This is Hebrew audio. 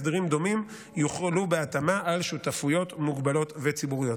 הסדרים דומים יוחלו בהתאמה על שותפויות מוגבלות וציבוריות.